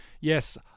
Yes